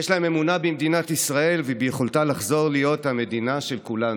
יש להם אמונה במדינת ישראל וביכולתה לחזור להיות המדינה של כולנו.